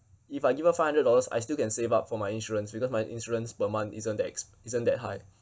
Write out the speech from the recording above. if I give her five hundred dollars I still can save up for my insurance because my insurance per month isn't that ex~ isn't that high